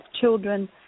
children